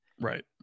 Right